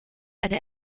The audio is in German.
eine